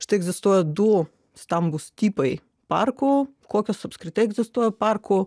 štai egzistuoja du stambūs tipai parkų kokios apskritai egzistuoja parkų